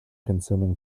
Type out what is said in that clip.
consuming